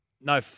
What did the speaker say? no